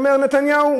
אומר נתניהו,